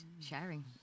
sharing